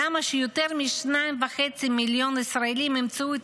למה שיותר מ-2.5 מיליון ישראלים ימצאו את